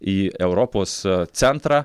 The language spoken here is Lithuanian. į europos centrą